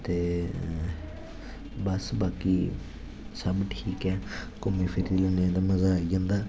ते बस बाकी सब ठीक ऐ घूमी फिरी ओन्ने ते मजा आई जंदा